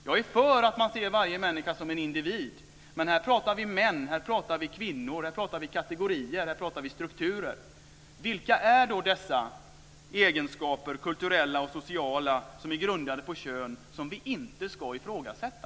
Jag är för att man ser varje människa som en individ, men här pratar vi om män, kvinnor, kategorier och strukturer. Vilka är då dessa egenskaper - kulturella och sociala - som är grundade på kön och som vi inte ska ifrågasätta?